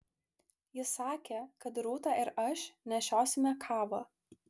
jis sakė kad rūta ir aš nešiosime kavą